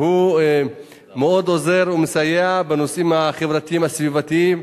שהוא מאוד עוזר ומסייע בנושאים החברתיים הסביבתיים,